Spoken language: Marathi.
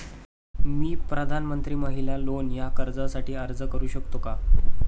मी प्रधानमंत्री महिला लोन या कर्जासाठी अर्ज करू शकतो का?